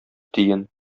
тиен